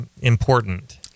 important